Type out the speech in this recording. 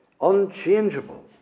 Unchangeable